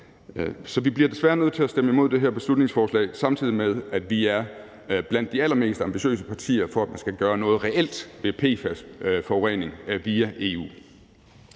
Så vi bliver desværre nødt til at stemme imod det her beslutningsforslag, samtidig med at vi er blandt de allermest ambitiøse partier, i forhold til at man skal gøre noget reelt ved PFAS-forurening via EU.